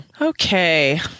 Okay